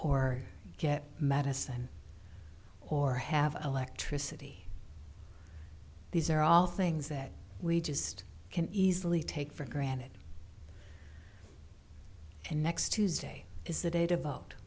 or get medicine or have electricity these are all things that we just can easily take for granted and next tuesday is the da